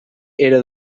era